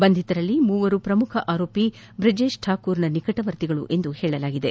ಬಂಧಿತರಲ್ಲಿ ಮೂವರು ಪ್ರಮುಖ ಆರೋಪಿ ಬ್ರಜೇಶ್ ಠಾಕೂರ್ನ ನಿಕಟವರ್ತಿಗಳು ಎನ್ನಲಾಗಿದೆ